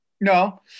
No